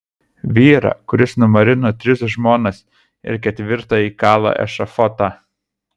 vyrą kuris numarino tris žmonas ir ketvirtajai kala ešafotą